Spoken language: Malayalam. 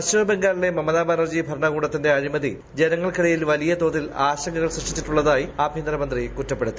പശ്ചിമ ബംഗാളിലെ മമതാ ബാനർജി ഭരണകൂടത്തിന്റെ അഴിമതി ജനങ്ങൾക്കിടയിൽ വലിയ തോതിൽ ആശങ്കകൾ സൃഷ്ടിച്ചിട്ടുള്ളത് ആയി ആഭ്യന്തരമന്ത്രി കുറ്റപ്പെടുത്തി